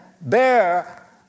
bear